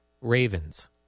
Ravens